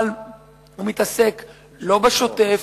אבל הוא מתעסק לא בשוטף,